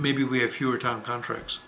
maybe we have fewer time contracts